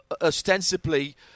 ostensibly